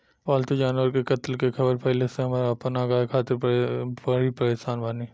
पाल्तु जानवर के कत्ल के ख़बर फैले से हम अपना गाय खातिर बड़ी परेशान बानी